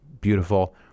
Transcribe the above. beautiful